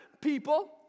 people